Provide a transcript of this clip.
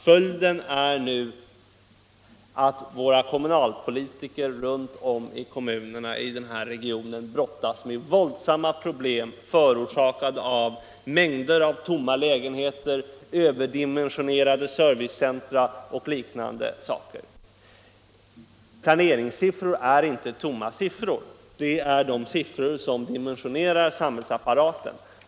Följden är nu att våra kommunalpolitiker runt om i kommunerna i regionen brottas med våldsamma problem, förorsakade av mängder av tomma lägenheter och överdimensionerade servicecentra och liknande. Planeringssiffror är inte några tomma siffror, utan det är siffror som dimensionerar samhällsapparaten.